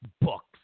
books